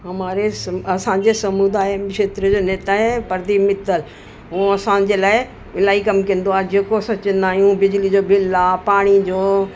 हमारे असांजे समुदाय में क्षेत्र जो नेता आहे प्रदीप मित्तल हूं असांजे लाइ इलाहीं कम कंदो आहे जेको असां चवंदा आहियूं बिजली जो बिल आहे पाणी जो